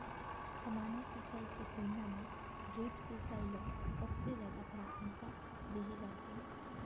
सामान्य सिंचाई के तुलना म ड्रिप सिंचाई ल ज्यादा प्राथमिकता देहे जाथे